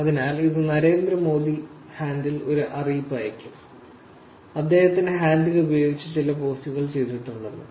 അതിനാൽ ഇത് നരേന്ദ്ര മോദി ഹാൻഡിൽ ഒരു അറിയിപ്പ് അയയ്ക്കും അദ്ദേഹത്തിന്റെ ഹാൻഡിൽ ഉപയോഗിച്ച് ചില പോസ്റ്റുകൾ ചെയ്തിട്ടുണ്ടെന്ന്